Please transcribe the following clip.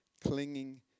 clinging